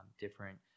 different